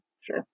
sure